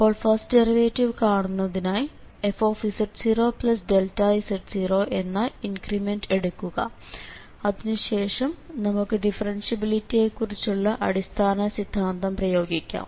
അപ്പോൾ first derivative കാണുന്നതിനായി fz0z0 എന്ന ഇൻക്രിമന്റ് എടുക്കുക അതിനുശേഷം നമുക്ക് ഡിഫറൻഷ്യബലിറ്റിയെക്കുറിച്ചുള്ള അടിസ്ഥാന സിദ്ധാന്തം പ്രയോഗിക്കാം